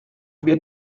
wird